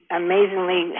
amazingly